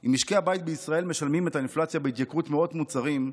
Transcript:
אם משקי הבית בישראל משלמים את האינפלציה בהתייקרות מאות מוצרים,